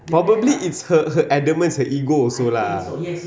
probably it's her her adamants her ego also lah